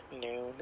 noon